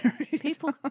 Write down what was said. People